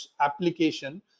application